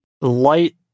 Light